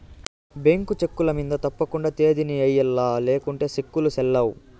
bank చెక్కుల మింద తప్పకండా తేదీని ఎయ్యల్ల లేకుంటే సెక్కులు సెల్లవ్